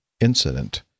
incident